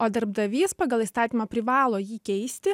o darbdavys pagal įstatymą privalo jį keisti